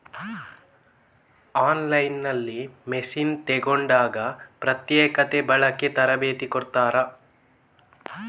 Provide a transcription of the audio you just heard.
On line ನಲ್ಲಿ machine ತೆಕೋಂಡಾಗ ಪ್ರತ್ಯಕ್ಷತೆ, ಬಳಿಕೆ, ತರಬೇತಿ ಕೊಡ್ತಾರ?